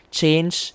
change